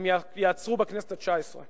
הם ייעצרו בכנסת התשע-עשרה.